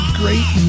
great